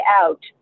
out